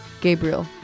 Gabriel